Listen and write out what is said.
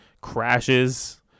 crashes